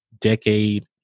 decade